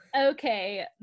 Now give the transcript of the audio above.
Okay